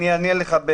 אני אענה לך.